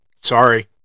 sorry